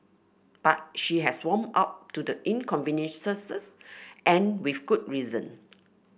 but she has warmed up to the inconveniences and with good reason